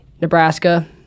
Nebraska